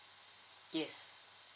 yes